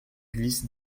glisse